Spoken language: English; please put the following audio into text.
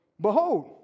behold